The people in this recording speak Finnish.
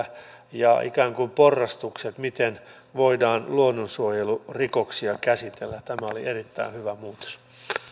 ja ikään kuin porrastukset miten voidaan luonnonsuojelurikoksia käsitellä tämä oli erittäin hyvä muutos